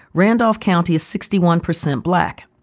randolph county is sixty one percent black.